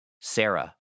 Sarah